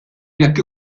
jekk